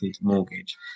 mortgage